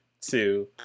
Two